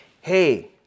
hey